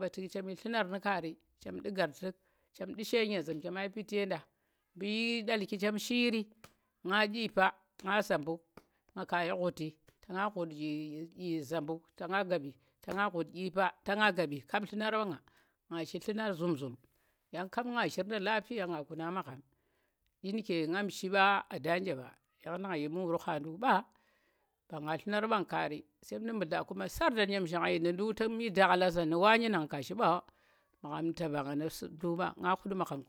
mba tuḵ chem yi llunar nu̱ kari tuk chem ndu ghaar chem ndu she nyezu̱m chema dyi piti ye da, mbu yii dalki chhem shi yiri nga dyipa nga zabu̱k nga ka yi ghuti, tanga ghu̱t zambu̱k ta nga nggambi ta nga ghu̱t dyipa ta nga nggambi kap nllu̱mar ɓa nga, nga shi allu̱nar zum zum yang kap nha shirida lapiya nga kuna magham ɗyi nu̱ke ngam shi ba aada nje ɓa yang nang yi muru gha ndu̱k ɓa mba nga nllunar bang kaari chem mu̱ mudla kuma sarda mu̱u̱ zhang yen nu̱ ɗu̱k tu̱m yhi ndaklar za wane nang ka shi ɓa magham nu̱ taɓa nga su ndu̱k ɓa ngg ghut magham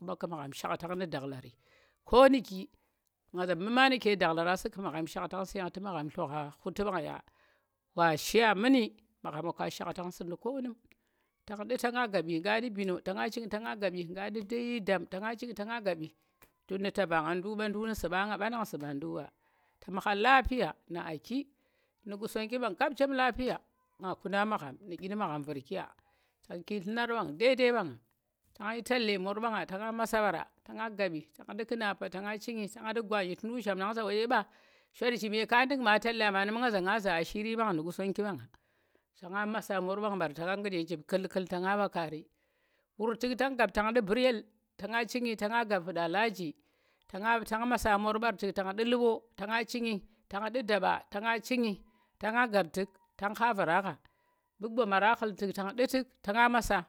ku̱ shaktang nu̱ ndaklari ko nu̱ ki ngg za mu̱ ma nu̱kendaklara si ku̱ magham shaktang si yang tu̱ magham nugha khuti bang ya wa shiya mu̱ni magham wa ka shiktang si mu̱ konu̱m tang ndu̱ tangu gaɓi nga du̱ bino ta nga ching ta nga gaɓi nga ndi dai dam ta nga ching gaɓi ta nga tun nu̱ taaba ngg nu̱ ndu̱k ɓa ndu̱k nu̱ su̱ɓa nga ɓa nang su̱ɓa ndu̱k ɓa tu̱m gha lafiya nu̱ aaki nu̱ Qusonggi ɓang kap chem lafiya nga kuna magham nu̱ ɗyi nu̱ magham viirka tang ki nllunar mbangn dai dai mɓanga tang yi talle mor mbanga tanga masa ɓara tanga gaɓi tang ndu̱ ƙu̱napa tanga chingi, tang ndu̱ gwanyi tu̱ ndu̱k zhamndang za woɗye ɓa shot zhime ka ndu̱k ma tallen ma nu̱ma ngaza nga za ashiri ɓanga nu̱ Qusonggi mɓanga. Tanga masa mor bang ɓar tanga gu̱d ye njir ku̱l ku̱l tanga ɓa khari wur tu̱k tang gaɓ tang ndu̱ Buryel tanga chingi tanga gaɓ tu̱nda laji tanga ɓa tang masa mor ɓang bar tuk tang ndu̱ nluɓo tanga chingi tang ndu̱ daɓa tanga chingi tanga gaɓ tu̱k tang gha vara gha mu̱ gomara ghu̱ltu̱k tang ndu̱ tu̱k tanga masa.